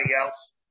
else